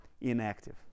inactive